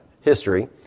history